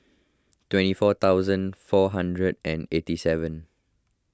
twenty four thousand four hundred and eighty seven